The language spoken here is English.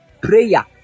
prayer